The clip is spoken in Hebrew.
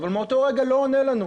אבל מאותו רגע הוא לא עונה לנו.